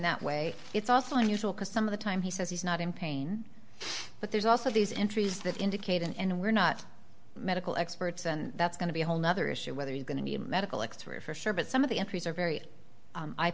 that way it's also unusual because some of the time he says he's not in pain but there's also these entries that indicate and we're not medical experts and that's going to be a whole nother issue whether he's going to be a medical expert for sure but some of the entries are very